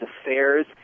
Affairs